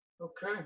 Okay